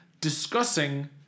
discussing